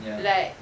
ya